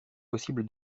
possible